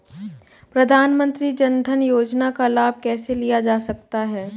प्रधानमंत्री जनधन योजना का लाभ कैसे लिया जा सकता है?